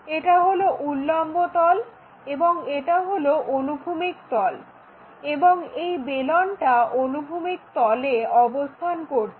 এটা হলো উল্লম্ব তল এবং এটা হল অনুভূমিক তল এবং এই বেলনটা অনুভূমিক তলে অবস্থান করছে